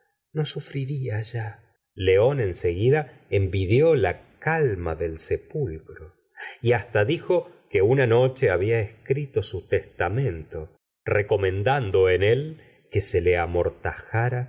no sufriría ya león en seguida envidió la calma del sepulcro y hasta dijo que una noche había escrito su testamento recomendando en él que se le amortajara